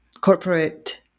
corporate